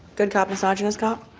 good job sergeant scott.